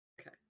Okay